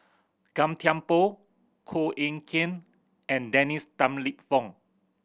Gan Thiam Poh Koh Eng Kian and Dennis Tan Lip Fong